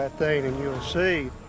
ah thing and you'll see.